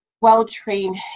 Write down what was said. well-trained